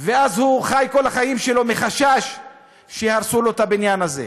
ואז הוא חי כל החיים שלו בחשש שיהרסו לו את הבניין הזה.